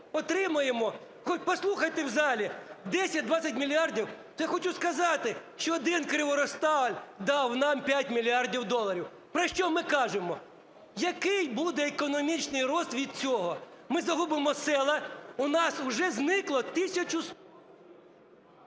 отримуємо… Послухайте в залі, 10-20 мільярдів, це хочу сказати, що один Криворіжсталь дав нам 5 мільярдів доларів. Про що ми кажемо? Який буде економічний ріст від цього? Ми загубимо села, у нас вже зникло тисячу…